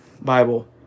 Bible